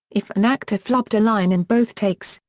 if an actor flubbed a line in both takes,